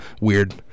weird